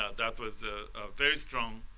ah that was a very strong,